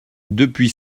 depuis